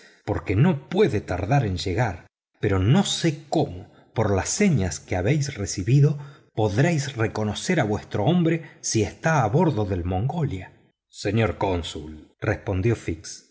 porque no puede tardar en llegar pero no sé cómo por las señas que habéis recibido podréis reconocer a vuestro hombre si está a bordo del mongolia señor cónsul respondió fix